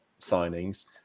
signings